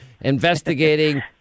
investigating